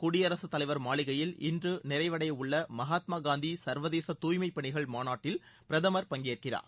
குடியரசுத்தலைவர் மாளிகையில் இன்று நிறைவடையவுள்ள மகாத்மா காந்தி சா்வதேச துாய்மைப் பணிகள் மாநாட்டில் பிரதமர் பங்கேற்கிறார்